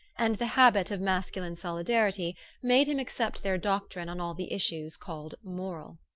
and the habit of masculine solidarity made him accept their doctrine on all the issues called moral.